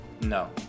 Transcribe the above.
No